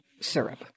syrup